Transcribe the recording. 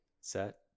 set